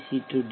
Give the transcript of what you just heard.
C D